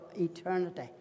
eternity